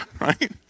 right